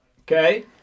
Okay